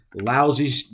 lousy